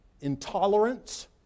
intolerance